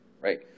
Right